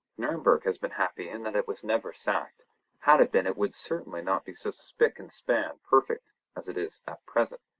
nurnberg has been happy in that it was never sacked had it been it would certainly not be so spick and span perfect as it is at present.